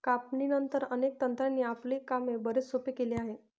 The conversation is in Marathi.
कापणीनंतर, अनेक तंत्रांनी आपले काम बरेच सोपे केले आहे